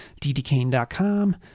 ddkane.com